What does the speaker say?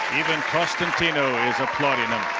even constantino is applauding him